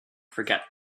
forget